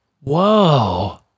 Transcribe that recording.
Whoa